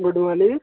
good morning